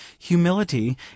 Humility